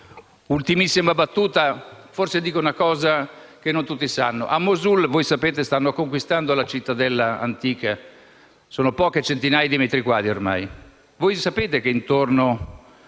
davvero dicendo forse una cosa che non tutti sanno. A Mosul, come sapete, stanno conquistando la cittadella antica: sono poche centinaia di metri quadri ormai. Sapete che intorno